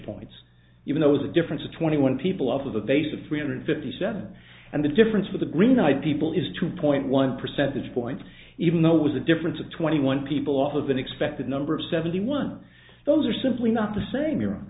points even those a difference of twenty one people of a base of three hundred fifty seven and the difference with the green eyed people is two point one percentage point even though it was a difference of twenty one people off of an expected number of seventy one those are simply not the same